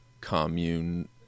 commune